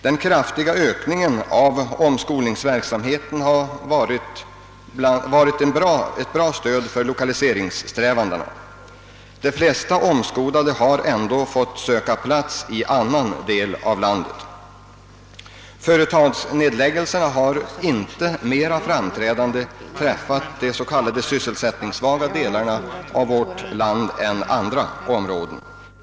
Den kraftiga ökningen av omskolningsverksamheten har ibland varit ett bra stöd för lokaliseringssträvandena. De flesta omskolade har dock fått söka plats i en annan del av landet. Företagsnedläggelserna har inte i större utsträckning drabbat de s.k. sysselsättningssvaga delarna av vårt land än andra områden.